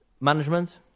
management